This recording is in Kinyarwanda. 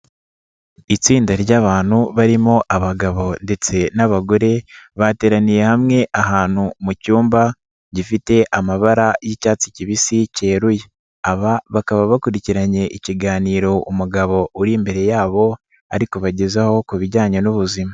Itsinda ry'abantu barimo abagabo ndetse n'abagore bateraniye hamwe ahantu mu cyumba gifite amabara y'icyatsi kibisi keruye, aba bakaba bakurikiranye ikiganiro umugabo uri imbere yabo ari kubagezaho ku bijyanye n'ubuzima.